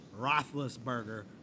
Roethlisberger